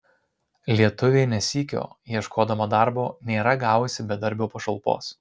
lietuvė ne sykio ieškodama darbo nėra gavusi bedarbio pašalpos